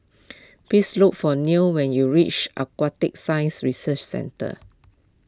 please look for Neil when you reach Aquatic Science Research Centre